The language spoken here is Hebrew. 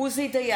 (קוראת בשמות חברי הכנסת) עוזי דיין,